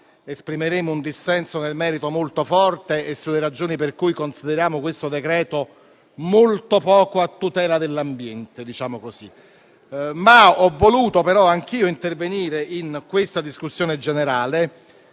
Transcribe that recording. esprimeremo un dissenso nel merito molto forte e sulle ragioni per cui consideriamo questo decreto-legge molto poco a tutela dell'ambiente. Tuttavia, ho voluto anch'io intervenire in discussione generale